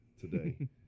today